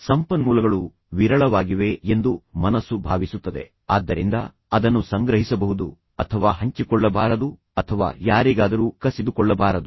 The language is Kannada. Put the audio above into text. ಸಂಪನ್ಮೂಲಗಳು ವಿರಳವಾಗಿವೆ ಎಂದು ಮನಸ್ಸು ಭಾವಿಸುತ್ತದೆ ಆದ್ದರಿಂದ ಅದನ್ನು ಸಂಗ್ರಹಿಸಬಹುದು ಅಥವಾ ಹಂಚಿಕೊಳ್ಳಬಾರದು ಅಥವಾ ಯಾರಿಗಾದರೂ ಕಸಿದುಕೊಳ್ಳಬಾರದು